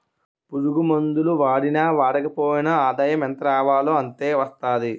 పురుగుమందులు వాడినా వాడకపోయినా ఆదాయం ఎంతరావాలో అంతే వస్తాది